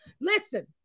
Listen